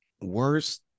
worst